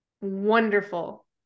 wonderful